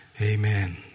Amen